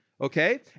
okay